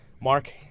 Mark